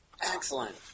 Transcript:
Excellent